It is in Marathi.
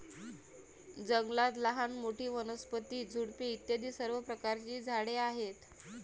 जंगलात लहान मोठी, वनस्पती, झुडपे इत्यादी सर्व प्रकारची झाडे आहेत